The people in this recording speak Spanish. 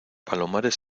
palomares